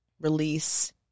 release